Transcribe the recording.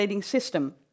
system